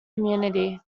community